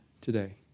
today